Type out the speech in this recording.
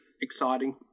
exciting